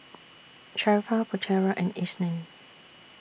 Sharifah Putera and Isnin